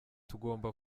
tugomba